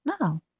no